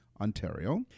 Ontario